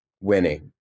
winning